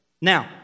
Now